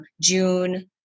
June